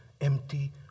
empty